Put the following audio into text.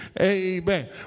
Amen